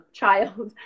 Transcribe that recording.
child